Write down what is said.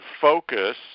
focus